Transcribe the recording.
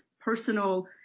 personal